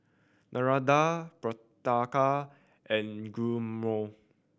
Maranda Patrica and Guillermo